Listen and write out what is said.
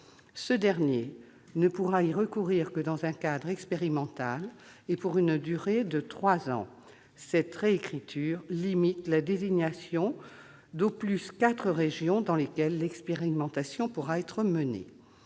Ce dernier ne pourra y recourir que dans un cadre expérimental et pour une durée de trois ans. Cette réécriture limite la désignation de quatre régions au plus dans lesquelles l'expérimentation pourra être menée.